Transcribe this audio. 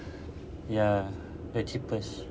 ya the cheapest